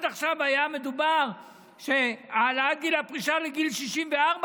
עד עכשיו היה מדובר על העלאת גיל הפרישה לגיל 64,